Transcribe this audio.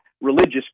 religious